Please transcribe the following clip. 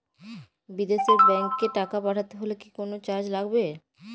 বিদেশের ব্যাংক এ টাকা পাঠাতে হলে কি কোনো চার্জ লাগবে?